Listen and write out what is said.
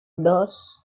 dos